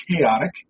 chaotic